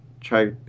Try